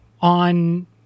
on